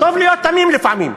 טוב להיות תמים לפעמים.